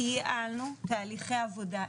כי ייעלנו תהליכי עבודה,